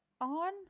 On